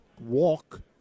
walk